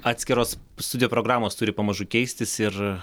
atskiros studijų programos turi pamažu keistis ir